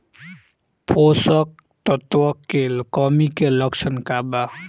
पोषक तत्व के कमी के लक्षण का वा?